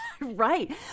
Right